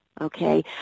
Okay